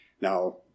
Now